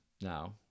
Now